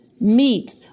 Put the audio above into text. meat